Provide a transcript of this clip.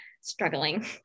struggling